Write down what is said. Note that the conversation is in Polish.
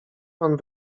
pan